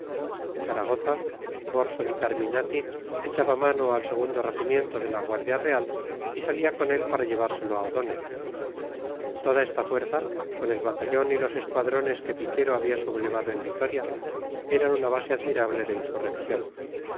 en zaragoza borso di carminati echaba mano al segundo regimiento de la guardia real y salía con él para llevárselo a o'donnell toda esta fuerza con el batallón y los escuadrones que piquero había sublevado en vitoria eran una base admirable de insurrección